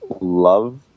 love